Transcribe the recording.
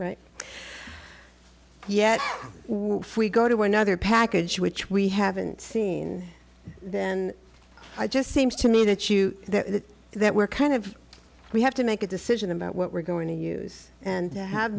right yet if we go to another package which we haven't seen then i just seems to me that you that we're kind of we have to make a decision about what we're going to use and have